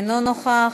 אינו נוכח,